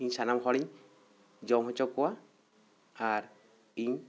ᱤᱧ ᱥᱟᱱᱟᱢ ᱦᱚᱲᱤᱧ ᱡᱚᱢ ᱦᱚᱪᱚ ᱠᱚᱣᱟ ᱟᱨ ᱤᱧ